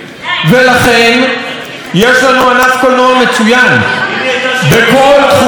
ולכן יש לנו ענף קולנוע מצוין בכל תחומי,